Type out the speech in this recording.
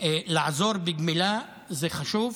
ולעזור בגמילה זה חשוב.